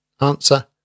Answer